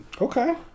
Okay